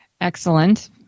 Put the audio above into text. Excellent